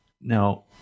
Now